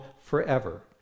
forever